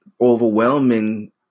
overwhelming